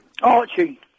Archie